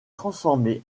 transformé